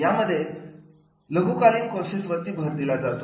यामध्ये लघुकालीन कोर्सेस वरती भर दिला जातो